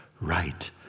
right